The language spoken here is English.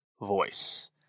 voice